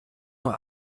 nur